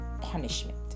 punishment